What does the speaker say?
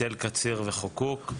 תל קציר וחוקוק,